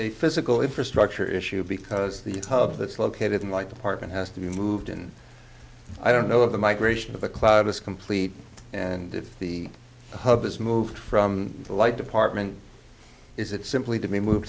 a physical infrastructure issue because the type of that's located in like apartment has to be moved and i don't know of the migration of the cloud is complete and if the hub is moved from the light department is it simply to be move